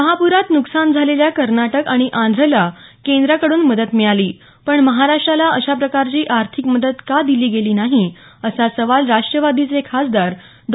महापुरात नुकसान झालेल्या कर्नाटक आणि आंध्रला केंद्राकडून मदत मिळाली पण महाराष्ट्राला अशाप्रकारची आर्थिक मदत का दिली गेली नाही असा सवाल राष्ट्रवादीचे खासदार डॉ